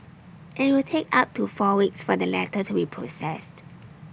IT will take up to four weeks for the letter to be processed